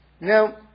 Now